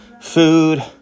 food